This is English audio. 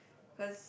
cause